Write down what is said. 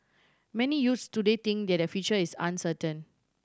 many youths today think that their future is uncertain